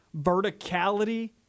verticality